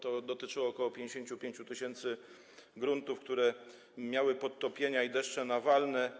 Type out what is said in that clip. To dotyczyło ok. 55 tys. gruntów, które miały podtopienia i deszcze nawalne.